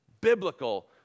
biblical